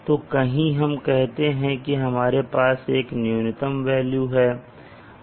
तो कहीं हम कहते हैं की हमारे पास एक न्यूनतम वेल्यू है